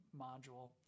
module